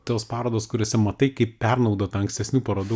tos parodos kuriose matai kaip pernaudota ankstesnių parodų